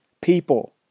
people